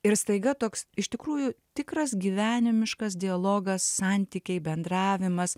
ir staiga toks iš tikrųjų tikras gyvenimiškas dialogas santykiai bendravimas